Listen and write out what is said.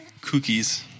cookies